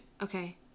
Okay